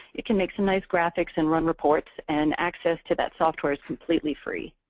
it can make some nice graphics and run reports. and access to that software is completely free.